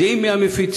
יודעים מי המפיצים,